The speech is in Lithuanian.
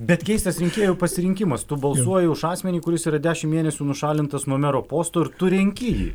bet keistas rinkėjų pasirinkimas tu balsuoji už asmenį kuris yra dešimt mėnesių nušalintas nuo mero posto ir tu renki jį